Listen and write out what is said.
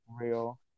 real